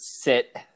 sit